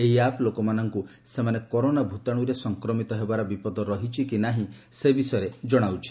ଏହି ଆପ୍ ଲୋକମାନଙ୍କୁ ସେମାନେ କରୋନା ଭୂତାଣୁରେ ସଂକ୍ରମିତ ହେବାର ବିପଦ ରହିଛି କି ନାହିଁ ସେ ବିଷୟରେ ଜଣାଉଛି